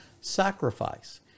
sacrifice